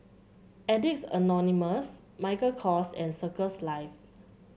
Addicts Anonymous Michael Kors and Circles Life